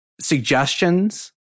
suggestions